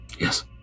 yes